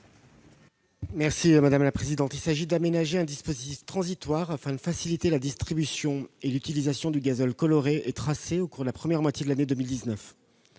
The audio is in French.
Cet amendement vise à aménager un dispositif transitoire, afin de faciliter la distribution et l'utilisation du gazole coloré et tracé au cours de la première moitié de l'année 2019.